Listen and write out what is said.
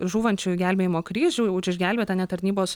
žūvančiųjų gelbėjimo kryžių už išgelbėtą ne tarnybos